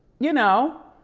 you know?